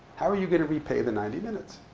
how are you going to repay the ninety minutes?